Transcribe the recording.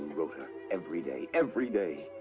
wrote her every day. every day!